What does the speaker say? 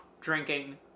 drinking